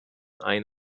ein